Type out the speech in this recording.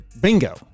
Bingo